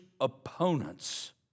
opponents